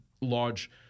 large